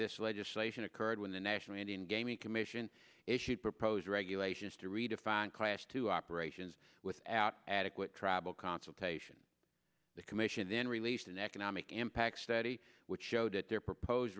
this legislation occurred when the national indian gaming commission issued proposed regulations to redefine class to operations without adequate travel consultation the commission then released an economic impact study which showed that their propose